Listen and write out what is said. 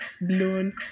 blown